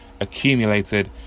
accumulated